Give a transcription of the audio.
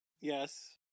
Yes